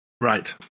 Right